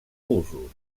usos